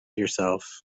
yourself